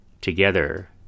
together